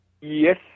Yes